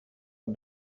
are